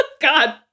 God